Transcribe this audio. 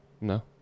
No